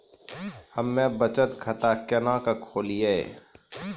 हम्मे बचत खाता केना के खोलियै?